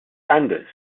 sanders